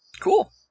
Cool